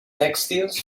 tèxtils